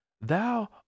Thou